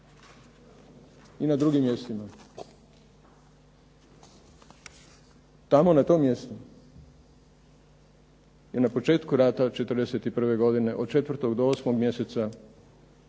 I na drugim mjestima. Tamo na tom mjestu, i na početku rata '41. godine od 4. do 8. mjeseca